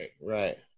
right